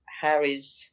Harry's